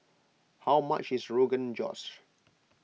how much is Rogan Josh